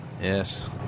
Yes